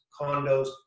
condos